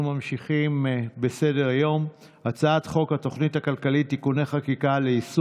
תשעה, יחד